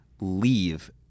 leave